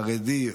חרדי,